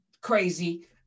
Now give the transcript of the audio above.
crazy